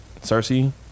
Cersei